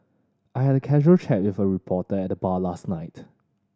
I had a casual chat with a reporter at the bar last night